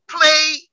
play